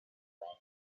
around